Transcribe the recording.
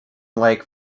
lake